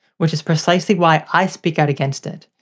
which is precisely why i speak out against it.